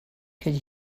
could